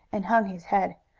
and hung his head.